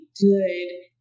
good